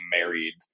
married